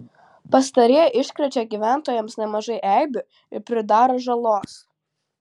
pastarieji iškrečia gyventojams nemažai eibių ir pridaro žalos